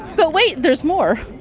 but wait, there's more!